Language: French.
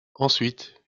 ensuite